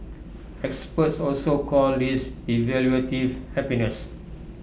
experts also call this evaluative happiness